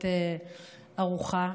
אז רציתי להיות ערוכה.